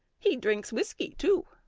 he drinks whisky too.